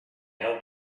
hope